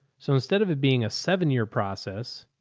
so instead of it being a seven year process,